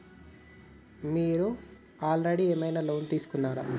మీరు ఆల్రెడీ ఏమైనా లోన్ తీసుకున్నారా?